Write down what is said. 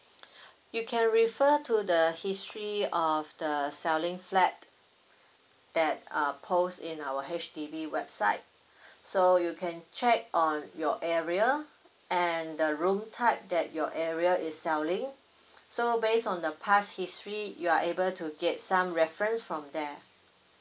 you can refer to the history of the selling flat that uh post in our H_D_B website so you can check on your area and the room type that your area is selling so based on the past history you are able to get some reference from there